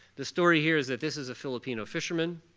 the story here is that this is a filipino fisherman.